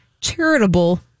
charitable